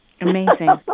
Amazing